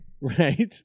Right